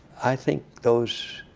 i think those